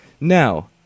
Now